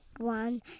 One